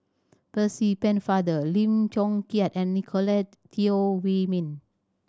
Percy Pennefather Lim Chong Keat and Nicolette Teo Wei Min